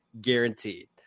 guaranteed